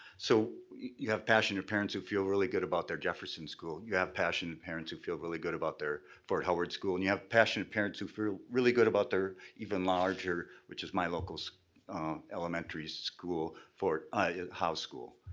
so you have passionate parents who feel really good about their jefferson school. you have passionate parents who feel really good about their fort howard school. and you have passionate parents who feel really good about their even larger, which is my local so elementary school, fort house school.